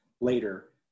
later